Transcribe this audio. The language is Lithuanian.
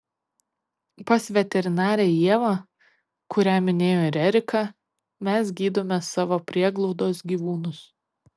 pas veterinarę ievą kurią minėjo ir erika mes gydome savo prieglaudos gyvūnus